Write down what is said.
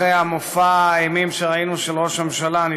אחרי מופע האימים של ראש הממשלה שראינו,